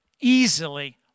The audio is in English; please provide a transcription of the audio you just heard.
easily